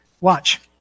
Watch